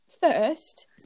First